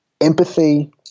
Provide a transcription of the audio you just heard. empathy